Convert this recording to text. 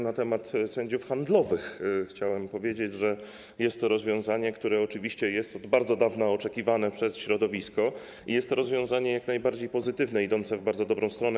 Na temat sędziów handlowych chciałem powiedzieć, że jest to rozwiązanie, które oczywiście jest od bardzo dawna oczekiwane przez środowisko, i jest to rozwiązanie jak najbardziej pozytywne, idące w bardzo dobrą stronę.